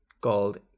called